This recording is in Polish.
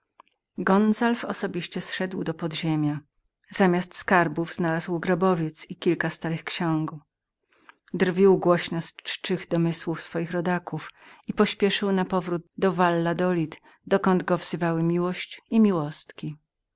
gonzalw osobiście zszedł do podziemia zamiast skarbów znalazł grobowiec i kilka starych ksiąg drwił głośno z czczych domysłów swoich rodaków i pośpieszył napowrót do valladolid gdzie go wzywały miłość i miłostki